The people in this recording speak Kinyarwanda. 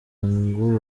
ngo